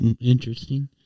interesting